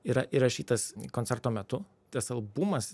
yra įrašytas koncerto metu tas albumas